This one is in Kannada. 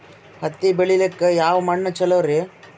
ಹತ್ತಿ ಬೆಳಿಲಿಕ್ಕೆ ಯಾವ ಮಣ್ಣು ಚಲೋರಿ?